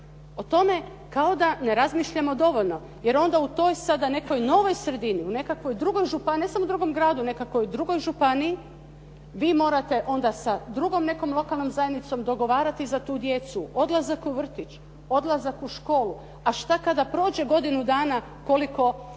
O tome kao da ne razmišljamo dovoljno, jer onda u toj sada nekoj novoj sredini, u nekakvoj drugoj županiji, ne samo u drugom gradu, nekakvoj drugoj županiji vi morate onda sa drugom nekom lokalnom zajednici dogovarati za tu djecu odlazak u vrtiću, odlazak u školu, a šta kada prođe godinu dana koliko se